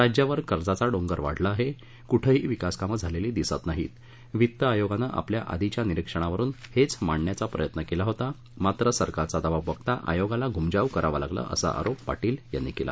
राज्यावर कर्जाचा डोंगर वाढला आहे कुठंही विकास कामं झालेली दिसत नाहीत वित्त आयोगानं आपल्या आधीच्या निरीक्षणावरुन हेच मांडण्याचा प्रयत्न केला होता मात्र सरकारचा दबाव बघता आयोगाला घ्मजाव करावं लागलं असा आरोप पाटील यांनी केला